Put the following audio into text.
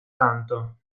tanto